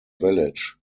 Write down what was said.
village